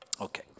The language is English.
Okay